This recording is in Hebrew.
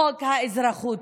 חוק האזרחות,